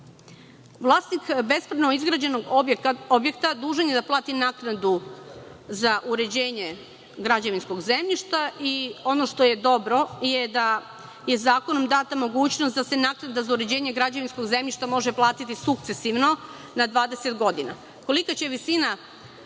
lice. Vlasnik bespravno izgrađenog objekta dužan je da plati naknadu za uređenje građevinskog zemljišta. Ono što je dobro, jeste to da je zakonom data mogućnost da se naknada za uređenje građevinskog zemljišta može platiti sukcesivno na 20 godina. Kolika će visina